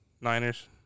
Niners